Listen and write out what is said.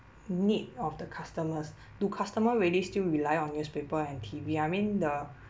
need of the customers do customer really still rely on newspapers and T_V I mean the